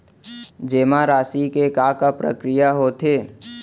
जेमा राशि के का प्रक्रिया होथे?